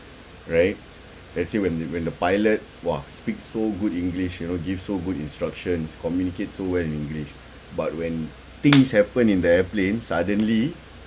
right let's say when the when the pilot !wah! speak so good english you know give so good instructions communicates so well in english but when things happen in the airplane suddenly